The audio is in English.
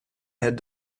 had